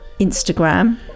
instagram